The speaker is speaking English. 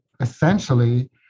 essentially